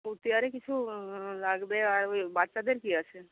কুর্তি আর কিছু লাগবে আর ওই বাচ্চাদের কী আছে